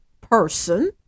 person